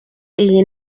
iyi